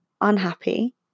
unhappy